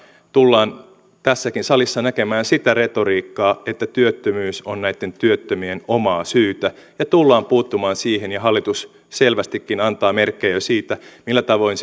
tullaan tässäkin salissa näkemään sitä retoriikkaa että työttömyys on näitten työttömien omaa syytä ja tullaan puuttumaan siihen ja hallitus selvästikin antaa merkkejä siitä millä tavoin